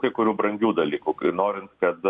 kai kurių brangių dalykų kai norint kad